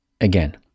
again